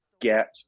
get